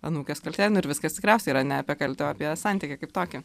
anūkės kaltė nu ir viskas tikriausiai yra ne apie kaltę o apie santykį kaip tokį